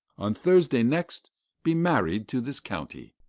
on thursday next be married to this county.